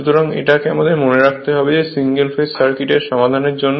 সুতরাং এটাকে আমাদের মনে রাখতে হবে সিঙ্গেল ফেজ সার্কিটের এর সমাধান এর জন্য